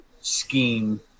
scheme